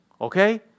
okay